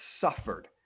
suffered